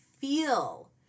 feel